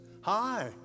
hi